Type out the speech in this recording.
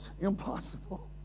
impossible